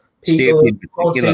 people